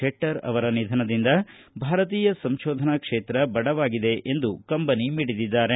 ಶೆಟ್ಟರ್ ಅವರ ನಿಧನದಿಂದ ಭಾರತೀಯ ಸಂಶೋಧನಾ ಕ್ಷೇತ್ರ ಬಡವಾಗಿದೆ ಎಂದು ಕಂಬನಿ ಮಿಡಿದಿದ್ದಾರೆ